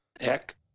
heck